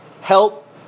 help